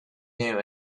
new